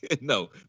no